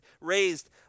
raised